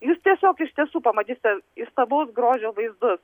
jūs tiesiog iš tiesų pamatysite įstabaus grožio vaizdus